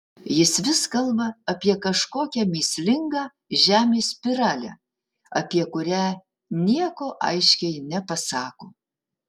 jis vis kalba apie kažkokią mįslingą žemės spiralę apie kurią nieko aiškiai nepasako